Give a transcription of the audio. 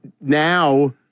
now